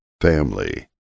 family